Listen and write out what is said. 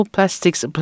Plastics